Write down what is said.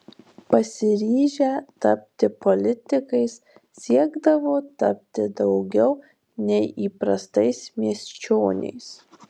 pasiryžę tapti politikais siekdavo tapti daugiau nei įprastais miesčioniais